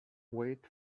wait